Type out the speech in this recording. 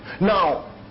Now